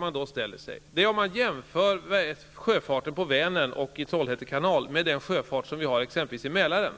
Man kan jämföra sjöfarten på Vänern och i Trollhätte kanal med sjöfarten i exempelvis Mälaren,